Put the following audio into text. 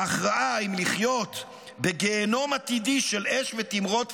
ההכרעה אם לחיות בגיהינום עתידי של אש ותמרות פוסיליים,